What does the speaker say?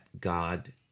God